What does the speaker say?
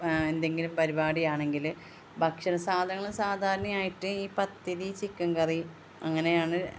എന്തെങ്കിലും പരിപാടി ആണെങ്കിൽ ഭക്ഷണ സാധനങ്ങൾ സാധാരണമായിട്ട് ഈ പത്തിരി ചിക്കൻ കറി അങ്ങനെയാണ്